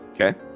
okay